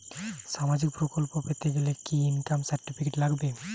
সামাজীক প্রকল্প পেতে গেলে কি ইনকাম সার্টিফিকেট লাগবে?